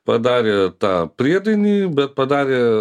padarė tą priedainį bet padarė